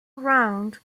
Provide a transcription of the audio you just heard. round